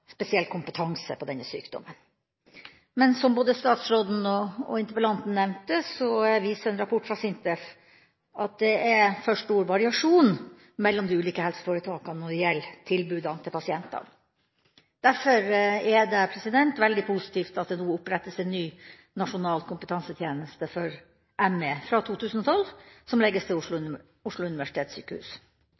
spesiell kompetanse på denne sykdommen. Men som både statsråden og interpellanten nevnte, viser en rapport fra SINTEF at det er for stor variasjon mellom de ulike helseforetakene når det gjelder tilbudene til pasientene. Derfor er det veldig positivt at det nå opprettes en ny nasjonal kompetansetjeneste for ME fra 2012, som legges til Oslo universitetssykehus.